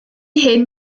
hyn